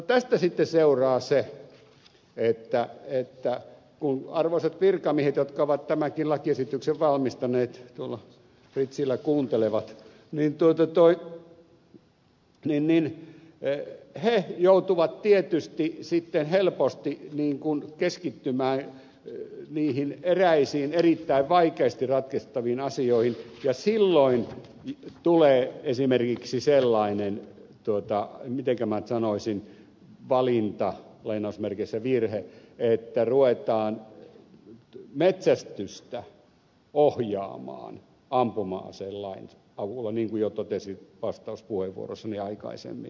tästä sitten seuraa se että arvoisat virkamiehet jotka ovat tämänkin lakiesityksen valmistaneet tuolla ritsillä kuuntelevat joutuvat tietysti sitten helposti keskittymään niihin eräisiin erittäin vaikeasti ratkaistaviin asioihin ja silloin tulee esimerkiksi sellainen mitenkä minä nyt sanoisin valintavirhe että ruvetaan metsästystä ohjaamaan ampuma aselain avulla niin kuin jo totesin vastauspuheenvuorossani aikaisemmin